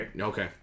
Okay